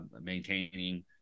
maintaining